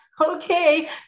Okay